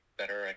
better